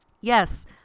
Yes